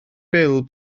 bil